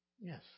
Yes